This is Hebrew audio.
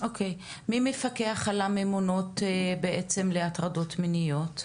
אוקיי ומי מפקח על הממונות להטרדות מיניות בעצם?